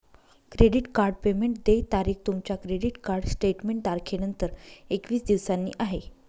credit card payment देय तारीख तुमच्या क्रेडिट कार्ड स्टेटमेंट तारखेनंतर एकवीस दिवसांनी आहे